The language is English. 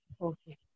Okay